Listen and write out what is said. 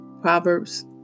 Proverbs